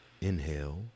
Inhale